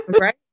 Right